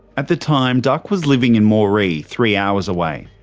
at the time, duck was living in moree, three hours away.